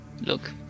Look